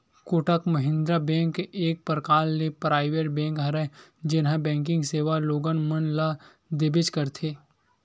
Kotak Mahindra bank एक परकार ले पराइवेट बेंक हरय जेनहा बेंकिग सेवा लोगन मन ल देबेंच करथे